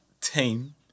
team